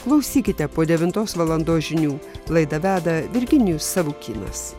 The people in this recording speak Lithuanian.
klausykite po devintos valandos žinių laidą veda virginijus savukynas